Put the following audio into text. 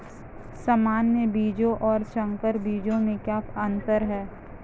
सामान्य बीजों और संकर बीजों में क्या अंतर है?